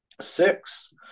Six